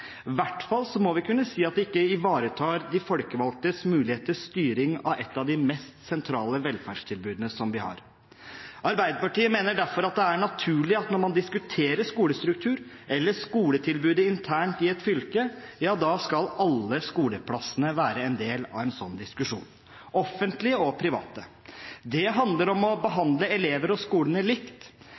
hvert fall må vi kunne si at det ikke ivaretar de folkevalgtes mulighet til styring av et av de mest sentrale velferdstilbudene vi har. Arbeiderpartiet mener derfor at det er naturlig at når man diskuterer skolestruktur eller skoletilbudet internt i et fylke, ja da skal alle skoleplassene være en del av en sånn diskusjon, både offentlige og private. Det handler om å behandle elever og skoler likt,